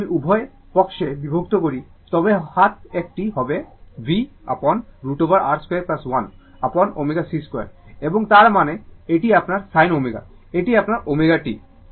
যদি আমি উভয় পক্ষকে বিভক্ত করি তবে হাত দিকটি হবে v upon √ over R 2 1 upon ω c 2 এবং তার মানে এটি আপনার sin ω এটি আপনার ω t